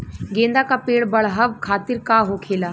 गेंदा का पेड़ बढ़अब खातिर का होखेला?